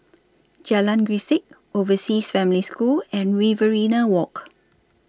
Jalan Grisek Overseas Family School and Riverina Walk